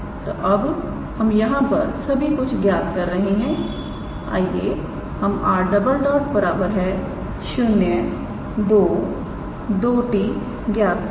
तो अब हम यहां पर सभी कुछ ज्ञात कर रहे हैं आइए हम 𝑟̈ 022𝑡 ज्ञात करें